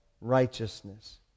righteousness